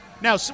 Now